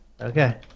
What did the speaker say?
okay